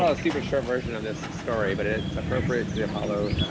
ah super short version of this story, but it's appropriate to the apollo.